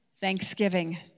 thanksgiving